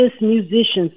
musicians